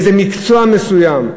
איזה מקצוע מסוים,